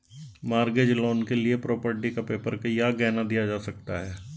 mortgage loan के लिए property का पेपर या गहना दिया जा सकता है